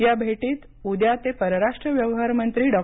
या भेटीत उद्या ते परराष्ट्र व्यवहार मंत्री डॉ